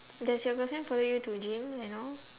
does your girlfriend follow you to gym and all